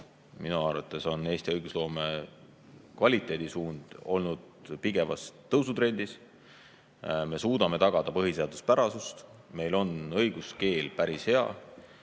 vaatest on Eesti õigusloome kvaliteedi suund olnud minu arvates pidevas tõusutrendis. Me suudame tagada põhiseaduspärasust. Meil on õiguskeel päris hea.